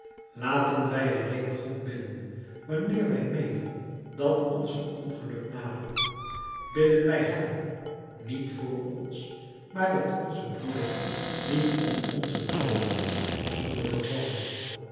laten wij alleen god bidden wanneer wij meenen dat ons een ongeluk nadert bidden wij hem niet voor ons maar dat onze broeder niet om onzenthalve in zonde vervalle